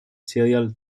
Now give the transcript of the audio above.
serial